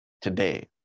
today